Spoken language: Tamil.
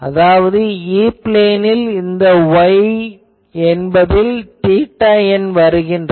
அதாவது E பிளேனில் இந்த Y என்பதில் θn என்பது வருகிறது